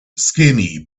skinny